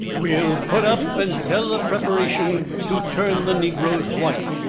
we'll put up and sell a preparation to turn the negroes white!